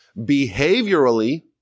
Behaviorally